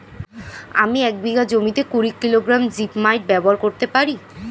আমি এক বিঘা জমিতে কুড়ি কিলোগ্রাম জিপমাইট ব্যবহার করতে পারি?